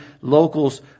locals